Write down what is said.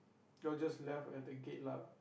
y'all just left at the gate lah